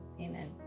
amen